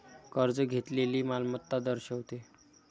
कर्ज घेतलेली मालमत्ता दर्शवते